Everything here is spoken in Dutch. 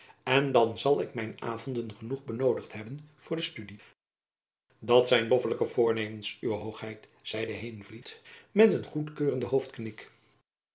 elizabeth musch zal ik mijn avonden genoeg benoodigd hebben voor de studie dat zijn loffelijke voornemens uwe hoogheid zeide heenvliet met een goedkeurenden